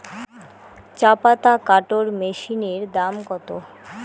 চাপাতা কাটর মেশিনের দাম কত?